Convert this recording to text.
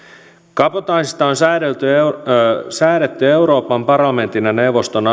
kabotaasista on säädetty euroopan parlamentin ja neuvoston